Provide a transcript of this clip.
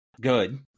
good